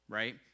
right